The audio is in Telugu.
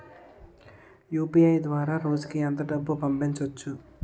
యు.పి.ఐ ద్వారా రోజుకి ఎంత డబ్బు పంపవచ్చు?